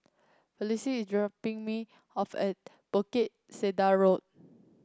Felicity is dropping me off at Bukit Sedap Road